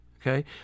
Okay